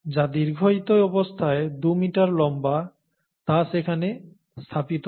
যা দীর্ঘায়িত অবস্থায় 2 মিটার লম্বা তা সেখানে স্থাপিত হয়